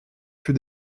fut